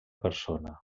persona